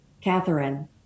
Catherine